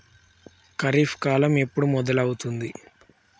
ఖరీఫ్ కాలం ఎప్పుడు మొదలవుతుంది?